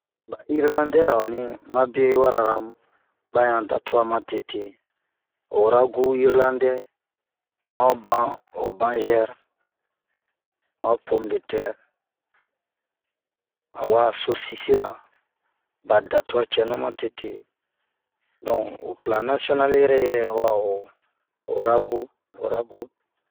ɓa irlandɛ-ra onni ma biye un warara mu ɓa ɲan da tuwa matete ho ragu irlandɛ ma ho ban ho banzɛr ma ho pome de tɛr a wa sosira ɓa tuwa cɛnu matete donk ho pla nasiyonal yɛrɛ yɛrɛ ho ho a ho ragu ho ragu